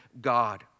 God